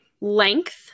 length